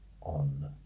on